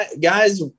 guys